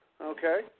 Okay